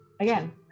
again